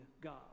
God